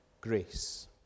Grace